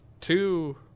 two